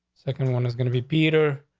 second one is gonna be theater.